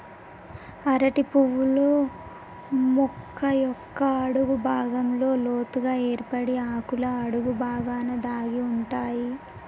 అరటి పువ్వులు మొక్క యొక్క అడుగు భాగంలో లోతుగ ఏర్పడి ఆకుల అడుగు బాగాన దాగి ఉంటాయి